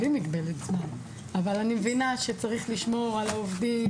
בלי מגבלת זמן אבל אני מבינה שצריך לשמור על העובדים,